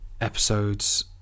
episodes